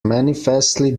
manifestly